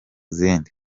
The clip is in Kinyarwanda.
zindi